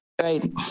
right